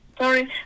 sorry